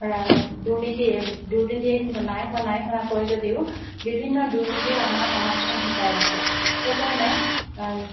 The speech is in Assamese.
ৰাই দুৰ্নীতি দুৰ্নীতি নাই হোৱা নাই হোৱা কয় যদিও বিভিন্ন দুৰ্নীতিয়ে আমাৰ সমাজখন শিপাই আছে সেইকাৰণে